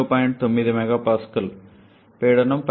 9 MPa పీడనం 15